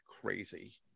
crazy